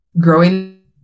growing